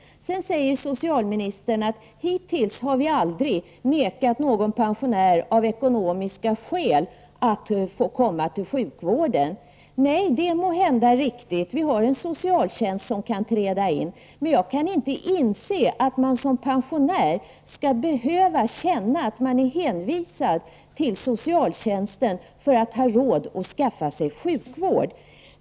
Sedan säger socialministern: Hittills har vi aldrig nekat någon pensionär av ekonomiska skäl att få komma till sjukvården. Nej, det är måhända riktigt. Vi har en socialtjänst som kan träda in. Men jag kan inte inse att en pensionär skall behöva vara hänvisad till socialtjänsten för att ha råd med sjukvård.